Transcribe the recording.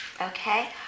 Okay